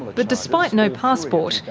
but despite no passport,